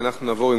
אנחנו נעבור,